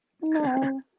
No